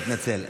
תתנצל.